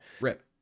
Rip